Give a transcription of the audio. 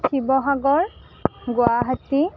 Sivasagar Guwahati